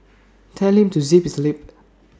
tell him to zip his lip